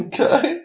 Okay